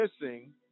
missing